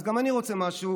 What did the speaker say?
אז גם אני רוצה משהו,